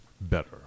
better